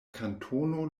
kantono